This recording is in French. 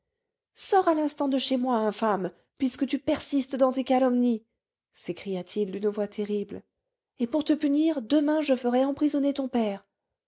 sors à l'instant de chez moi infâme puisque tu persistes dans tes calomnies s'écria-t-il d'une voix terrible et pour te punir demain je ferai emprisonner ton père